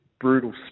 brutal